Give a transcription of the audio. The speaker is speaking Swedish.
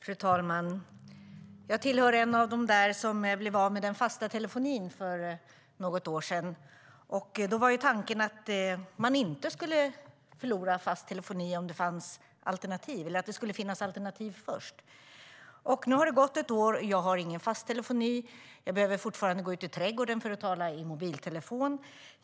Fru talman! Jag tillhör dem som blev av med den fasta telefonin för något år sedan. Då var tanken att man inte skulle förlora fast telefoni utan att det först fanns alternativ. Nu har det gått ett år. Jag har ingen fast telefoni, och jag behöver fortfarande gå ut i trädgården för att tala i mobiltelefon.